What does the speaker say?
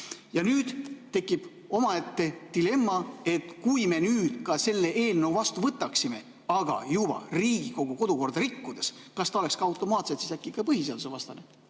Ja nüüd tekib omaette dilemma, et kui me nüüd selle eelnõu vastu võtaksime, aga Riigikogu kodukorda rikkudes, kas ta oleks automaatselt siis äkki ka põhiseadusevastane.